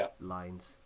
lines